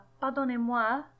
Pardonnez-moi